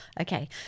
okay